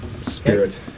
Spirit